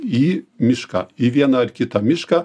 į mišką į vieną ar kitą mišką